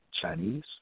Chinese